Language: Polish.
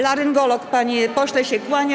Laryngolog, panie pośle, się kłania.